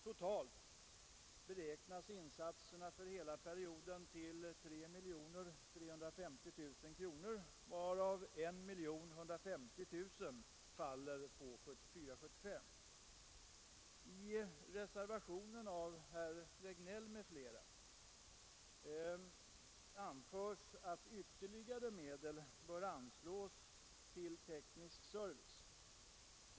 Totalt beräknas insatserna för hela perioden till 3 350 000 kronor, varav 1 150 000 kronor faller på budgetåret 1974/75. I reservationen av herr Regnéll m.fl. anföres att ytterligare medel bör anslås till teknisk service.